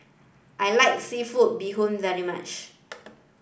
I like seafood bee hoon very much